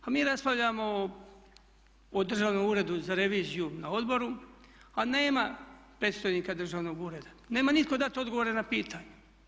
A mi raspravljamo o Državnom uredu za reviziju na odboru a nema predstojnika državnog ureda, nema nitko dati odgovore na pitanja.